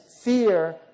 fear